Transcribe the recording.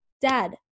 dad